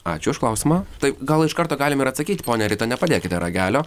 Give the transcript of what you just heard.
ačiū už klausimą taip gal iš karto galim ir atsakyti ponia rita nepadėkite ragelio